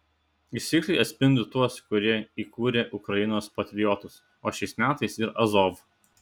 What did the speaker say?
jis tiksliai atspindi tuos kurie įkūrė ukrainos patriotus o šiais metais ir azov